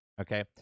Okay